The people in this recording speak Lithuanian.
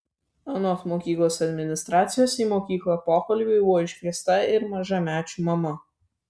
anot mokyklos administracijos į mokyklą pokalbiui buvo iškviesta ir mažamečių mama